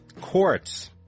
Courts